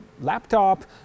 laptop